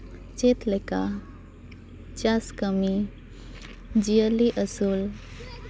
ᱪᱮᱫ ᱞᱮᱠᱟ ᱪᱟᱥ ᱠᱟᱹᱢᱤ ᱡᱤᱭᱟᱹᱞᱤ ᱟᱹᱥᱩᱞ